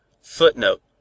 Footnote